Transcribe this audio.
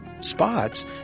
spots